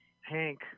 Hank